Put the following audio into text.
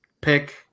pick